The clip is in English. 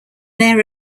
mayor